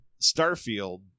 starfield